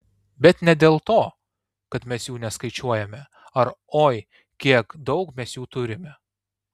bet ne dėl to kad mes jų neskaičiuojame ar oi kiek daug mes jų turime